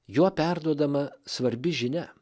juo perduodama svarbi žinia